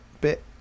bit